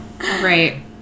right